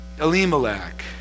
Elimelech